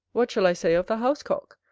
what shall i say of the house-cock,